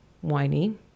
whiny